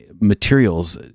materials